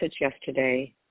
yesterday